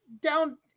down